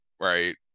right